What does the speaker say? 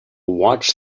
watch